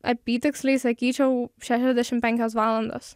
apytiksliai sakyčiau šešiasdešim penkios valandos